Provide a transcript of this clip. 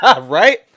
right